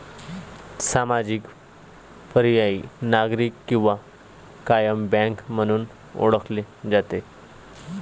सामाजिक, पर्यायी, नागरी किंवा कायम बँक म्हणून ओळखले जाते